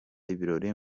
ibirori